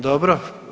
Dobro.